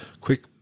quick